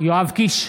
יואב קיש,